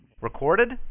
Recorded